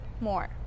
more